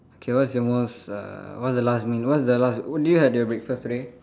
okay what's your most uh what's the last meal what's the last did you had your breakfast today